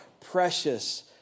precious